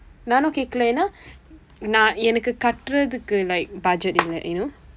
நானும் கேட்கவில்லை ஏன் என்றால் நான் எனக்கு கற்றத்துக்கு:naanum keetkavillai een enraal naan enakku karrathukku like budget இல்லை:illai you know